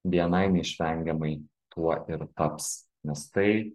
bni neišvengiamai tuo ir taps nes tai